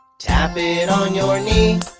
tap it on your knee.